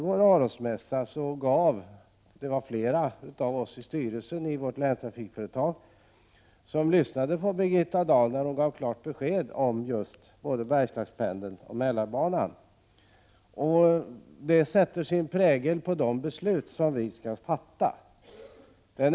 På Arosmässan var det flera av oss i styrelsen för länstrafikföretaget som lyssnade på Birgitta Dahl då hon gav klart besked om just Bergslagspendeln och Mälarbanan. Hennes uttalande kommer att sätta sin prägel på de beslut som vi skall fatta.